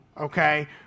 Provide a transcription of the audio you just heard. okay